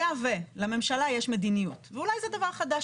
היה ו - לממשלה יש מדיניות ואולי זה דבר חדש,